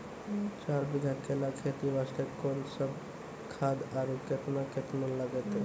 चार बीघा केला खेती वास्ते कोंन सब खाद आरु केतना केतना लगतै?